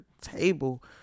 table